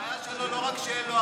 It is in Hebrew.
הבעיה שלו היא לא רק שאין לו ארנק,